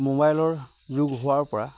মোবাইলৰ যুগ হোৱাৰ পৰা